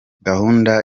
gahunda